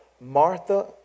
Martha